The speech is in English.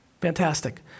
Fantastic